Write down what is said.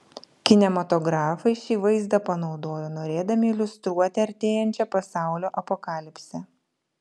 kinematografai šį vaizdą panaudojo norėdami iliustruoti artėjančią pasaulio apokalipsę